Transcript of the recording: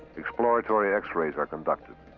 exploratory x-rays are conducted.